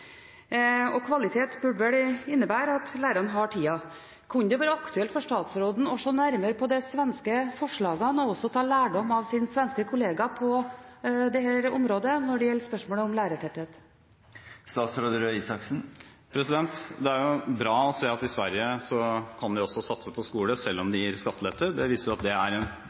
Kvalitet burde vel innebære at lærerne har tid. Kunne det være aktuelt for statsråden å se nærmere på de svenske forslagene, og også ta lærdom av sin svenske kollega på dette området når det gjelder spørsmålet om lærertetthet? Det er bra å se at man i Sverige også kan satse på skole, selv om man gir skattelette. Det viser at det er